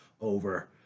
over